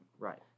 Right